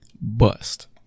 Bust